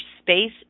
space